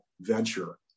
venture